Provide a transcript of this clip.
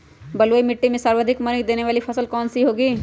बलुई मिट्टी में सर्वाधिक मनी देने वाली फसल कौन सी होंगी?